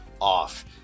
off